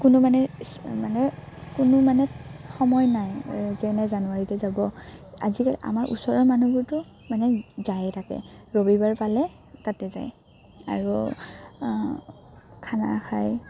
কোনো মানে মানে কোনো মানে সময় নাই যেনে জানুৱাৰীতে যাব আজিকালি আমাৰ ওচৰৰ মানুহবোৰতো মানে যায়ে থাকে ৰবিবাৰ পালে তাতে যায় আৰু খানা খাই